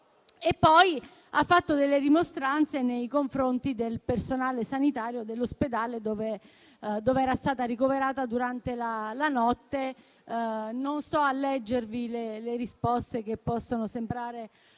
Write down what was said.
ha fatto delle rimostranze nei confronti del personale sanitario dell'ospedale dov'era stata ricoverata durante la notte. Non vi leggo le risposte che possono sembrare un